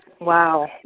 Wow